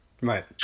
Right